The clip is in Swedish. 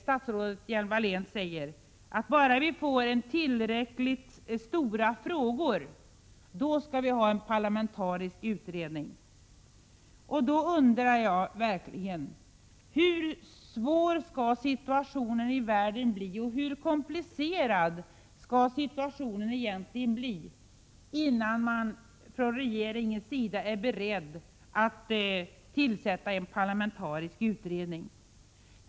Statrådet Hjelm-Wallén säger att bara vi får tillräckligt stora frågor skall vi ha en parlamentarisk utredning. Jag undrar då: Hur svår skall situationen i världen bli, och hur komplicerad skall situationen bli, innan regeringen är beredd att tillsätta en parlamentarisk utredning?